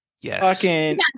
yes